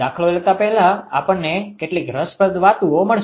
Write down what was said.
દાખલો લેતા પહેલા આપણને કેટલીક રસપ્રદ વસ્તુઓ મળશે